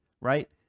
Right